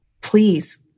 Please